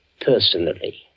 personally